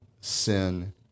Sin